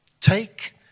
Take